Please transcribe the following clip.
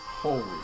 Holy